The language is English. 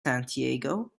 santiago